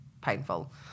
painful